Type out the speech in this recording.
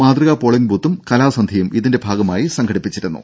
മാതൃകാ പോളിംഗ് ബൂത്തും കലാസന്ധ്യയും ഇതിന്റെ ഭാഗമായി സംഘടിപ്പിച്ചിരുന്നു